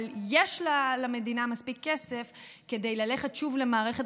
אבל יש למדינה מספיק כסף ללכת שוב למערכת